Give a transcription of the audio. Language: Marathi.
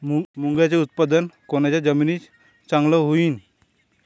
मुंगाचं उत्पादन कोनच्या जमीनीत चांगलं होईन?